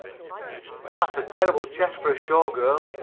that's a terrible chest for a show girl,